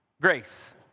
grace